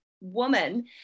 woman